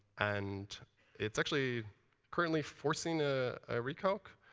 and it's actually currently forcing a recalc.